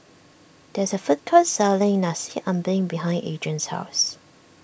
there is a food court selling Nasi Ambeng behind Adrien's house